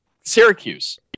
Syracuse